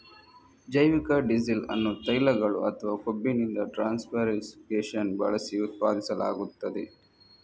ಜೈವಿಕ ಡೀಸೆಲ್ ಅನ್ನು ತೈಲಗಳು ಅಥವಾ ಕೊಬ್ಬಿನಿಂದ ಟ್ರಾನ್ಸ್ಸೆಸ್ಟರಿಫಿಕೇಶನ್ ಬಳಸಿ ಉತ್ಪಾದಿಸಲಾಗುತ್ತದೆ